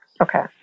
Okay